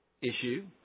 issue